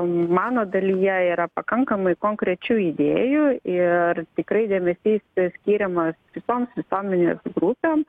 mano dalyje yra pakankamai konkrečių idėjų ir tikrai dėmesys skiriamas visoms visuomenės grupėm